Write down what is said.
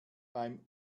beim